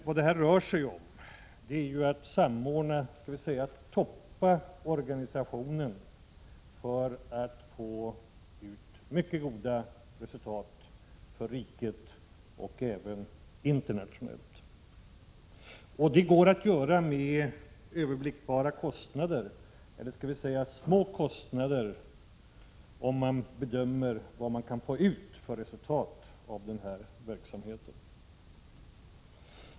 Vad det här rör sig om är att samordna resurserna, låt mig säga toppa organisationen, för att därigenom få ut mycket goda resultat för riket och även internationellt sett. Detta går att åstadkomma till överblickbara kostnader eller rent av till små kostnader i förhållande till det resultat man kan få ut av denna verksamhet.